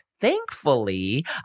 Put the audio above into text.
Thankfully